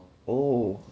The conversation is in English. oh